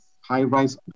high-rise